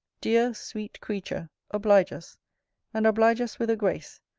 dear, sweet creature, oblige us and oblige us with a grace.